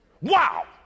Wow